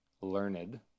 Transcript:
learned